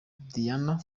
dian